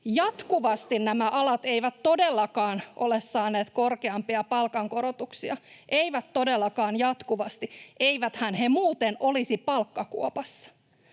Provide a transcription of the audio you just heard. jatkuvasti nämä alat eivät todellakaan ole saaneet korkeampia palkankorotuksia, eivät todellakaan jatkuvasti, eiväthän he muuten olisi palkkakuopassa.